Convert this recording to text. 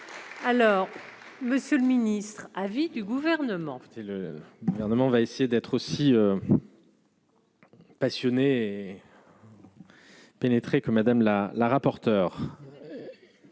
alors Monsieur le Ministre. Avis du Gouvernement. C'est le gouvernement va essayer d'être aussi. Passionné. Pénétrer que Madame la la rapporteure.